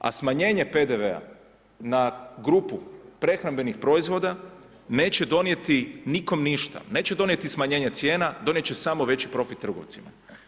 A smanjenje PDV-a na grupu prehrambenih proizvoda neće donijeti nikom ništa, neće donijeti smanjenje cijena donijet će samo veći profit trgovcima.